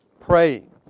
Praying